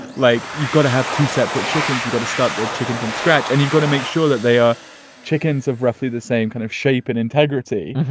like, you've got to have two separate chickens you've got to start the chicken from scratch and you've got to make sure that they are chickens of roughly the same kind of shape and integrity,